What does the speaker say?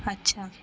اچھا